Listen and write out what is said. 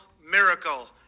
miracle